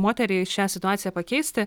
moteriai šią situaciją pakeisti